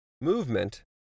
Movement